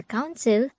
Council